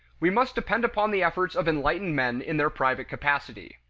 we must depend upon the efforts of enlightened men in their private capacity.